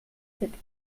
cette